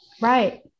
Right